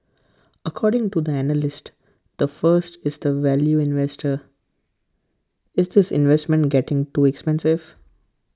according to the analyst the first is the value investor is this investment getting too expensive